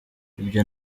ibyo